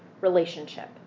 relationship